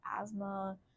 asthma